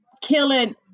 killing